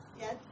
Yes